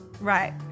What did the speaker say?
Right